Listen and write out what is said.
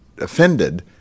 offended